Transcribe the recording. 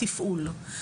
"תפעול".